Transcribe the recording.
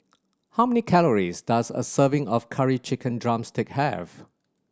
how many calories does a serving of Curry Chicken drumstick have